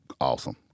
awesome